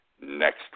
next